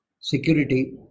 Security